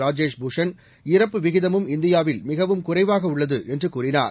ராஜேஷ் பூஷன் இறப்பு விகிதமும் இந்தியாவில் மிகவும் குறைவாக உள்ளது என்று கூறினார்